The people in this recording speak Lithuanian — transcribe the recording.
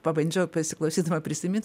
pabandžiau besiklausydama prisimyt